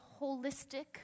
holistic